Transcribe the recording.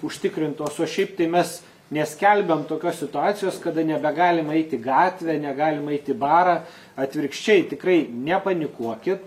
užtikrintos o šiaip tai mes neskelbiam tokios situacijos kada nebegalima eiti į gatvę negalima eiti į barą atvirkščiai tikrai nepanikuokit